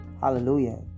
Hallelujah